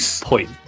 point